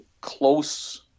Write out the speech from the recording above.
close